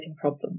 problem